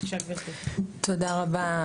תודה רבה,